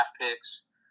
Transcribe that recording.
picks